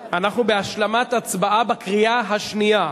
או שינוי בתנאיה) אנחנו בהשלמת הצבעה בקריאה השנייה,